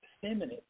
feminine